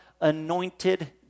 anointed